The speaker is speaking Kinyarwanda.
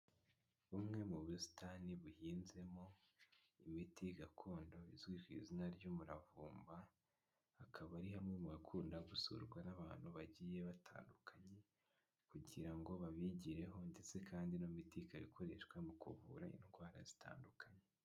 Bumwe mu busitani buhinzemo imiti gakondo izwi ku izina ry'umuravumba hakaba ari hamwe mu bakunda gusurwa n'abantu bagiye batandukanye kugira ngo babigireho ndetse kandi no mu miti ikoreshwa mu kuvura indwara zitandukanye.